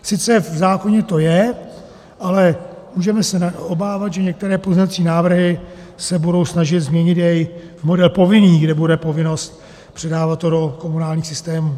Sice v zákoně to je, ale můžeme se obávat, že některé pozměňovací návrhy se budou snažit změnit jej v model povinný, kde bude povinnost předávat to do komunálních systémů.